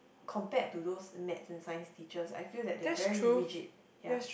compared to those maths and Science teachers I feel that they are very rigid ya